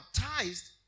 baptized